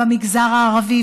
במגזר הערבי,